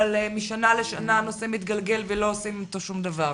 משנה לשנה הנושא מתגלגל ולא עושים איתו שום דבר,